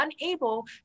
unable